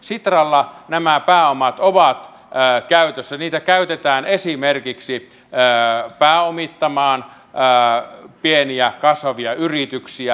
sitralla nämä pääomat ovat käytössä niitä käytetään esimerkiksi pääomittamaan pieniä kasvavia yrityksiä